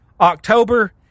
October